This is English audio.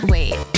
Wait